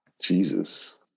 Jesus